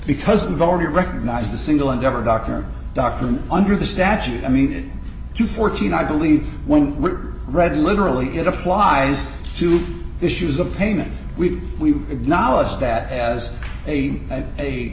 because we've already recognized the single endeavor dr doctor and under the statute i mean to fourteen i believe when we read literally it applies to issues of payment we've we've acknowledged that as a a